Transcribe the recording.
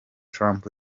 trump